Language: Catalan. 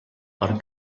per